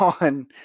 on